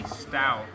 stout